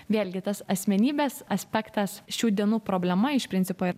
vėlgi tas asmenybės aspektas šių dienų problema iš principo